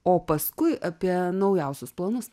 o paskui apie naujausius planus